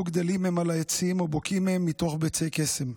גדלים הם על העצים או בוקעים הם מתוך ביצי קסם.